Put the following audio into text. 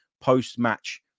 post-match